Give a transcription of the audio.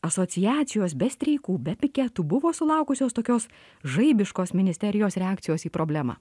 asociacijos be streikų be piketų buvo sulaukusios tokios žaibiškos ministerijos reakcijos į problemą